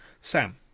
Sam